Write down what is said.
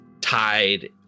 tied